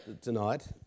tonight